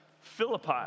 Philippi